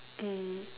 mm